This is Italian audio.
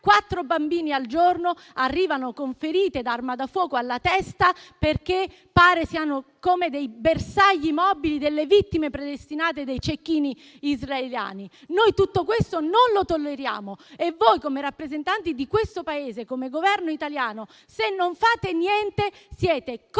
quattro bambini al giorno arrivano con ferite da arma da fuoco alla testa, perché pare siano come dei bersagli mobili, delle vittime predestinate dei cecchini israeliani. Tutto questo non lo tolleriamo e se voi, come rappresentanti di questo Paese e come Governo italiano, non fate niente, siete complici